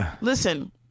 listen